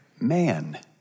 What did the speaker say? man